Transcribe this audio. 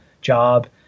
job